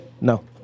No